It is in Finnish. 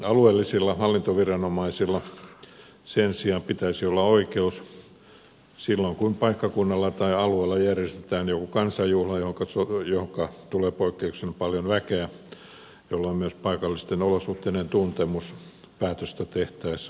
alueellisilla hallintoviranomaisilla sen sijaan pitäisi olla oikeus myöntää lupia silloin kun paikkakunnalla tai alueella järjestetään joku kansanjuhla johonka tulee poikkeuksellisen paljon väkeä jolloin myös paikallisten olosuhteiden tuntemus päätöstä tehtäessä on taattua